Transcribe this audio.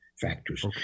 factors